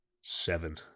seven